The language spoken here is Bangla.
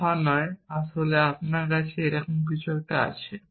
আলফা নয় তাহলে আপনার কাছে এরকম কিছু আছে